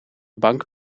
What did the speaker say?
bank